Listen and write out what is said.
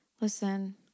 listen